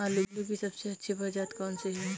आलू की सबसे अच्छी प्रजाति कौन सी है?